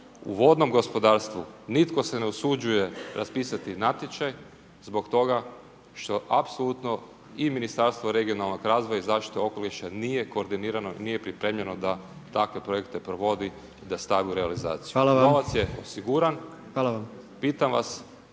U vodnom gospodarstvu nitko se ne usuđuje raspisati natječaj zbog toga što apsolutno i Ministarstvo regionalnog razvoja i zaštite okoliša nije koordinirano, nije pripremljeno da takve projekte provodi i da stane u realizaciju. .../Upadica Predsjednik: Hvala vam./... Novac